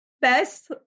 best